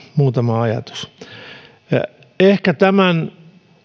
muutama ajatus ehkä tämän